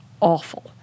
awful